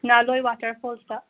Nalloi water ꯐꯣꯜꯁꯇ